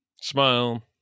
smile